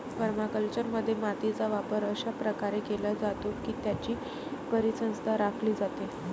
परमाकल्चरमध्ये, मातीचा वापर अशा प्रकारे केला जातो की त्याची परिसंस्था राखली जाते